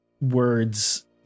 words